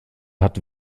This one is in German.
hat